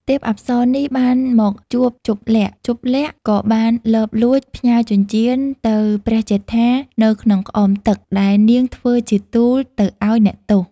ទេពអប្សរនេះ បានមកជួបជប្បលក្សណ៍ ជប្បលក្សណ៍ក៏បានលបលួច ផ្ញើចិញ្ចៀនទៅព្រះជេដ្ឋានៅក្នុងក្អមទឹកដែលនាងធ្វើជាទូលទៅឱ្យអ្នកទោស។